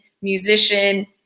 musician